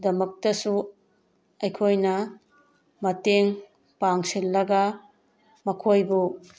ꯗꯃꯛꯇꯁꯨ ꯑꯩꯈꯣꯏꯅ ꯃꯇꯦꯡ ꯄꯥꯡꯁꯤꯜꯂꯒ ꯃꯈꯣꯏꯕꯨ